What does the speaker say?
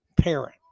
parent